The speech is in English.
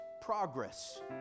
progress